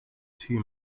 too